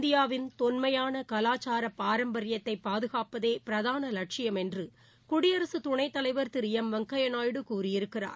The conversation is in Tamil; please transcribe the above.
இந்தியாவின் தொன்மையானகலச்சாரபாரம்பரியத்தைபாதுகாப்பதேபிரதான இலட்சிபம் என்றுகுயடிரகத் துணைத் தலைவர் திருளம் வெங்கய்யாநாயுடு கூறியிருக்கிறார்